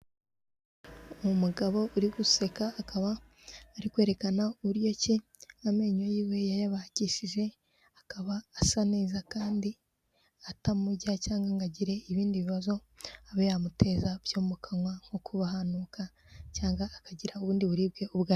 Umugabo uri guseka, akaba ari kwerekana uburyo ki amenyo yiwe yayabagishije, akaba asa neza kandi atamurya cyangwa ngo agire ibindi bibazo, abe yamuteza byo mu kanwa nko kuba hanuka cyangwa akagira ubundi buribwe ubwo ari bwo bwose.